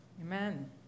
Amen